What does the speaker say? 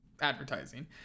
advertising